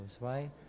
right